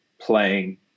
playing